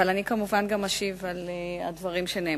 אבל אני כמובן גם אשיב על הדברים שנאמרו.